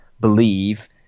believe